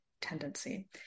tendency